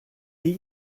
die